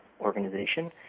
organization